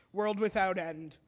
world without end,